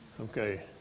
Okay